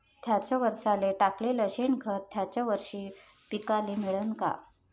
थ्याच वरसाले टाकलेलं शेनखत थ्याच वरशी पिकाले मिळन का?